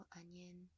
onion